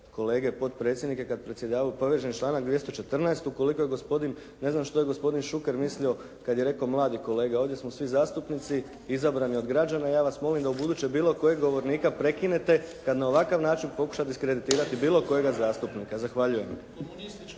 kolege potpredsjednike kad predsjedavaju povežem članak 214. ukoliko je gospodin, ne znam što je gospodin Šuker mislio kad je rekao mladi kolega. Ovdje smo svi zastupnici izabrani od građana i ja vas molim da u buduće bilo kojeg govornika prekinete kad na ovakav način pokuša diskreditirati bilo kojega zastupnika. Zahvaljujem.